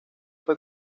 fue